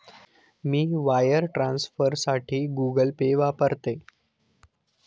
मी wire ट्रान्सफरसाठी Google Pay वापरते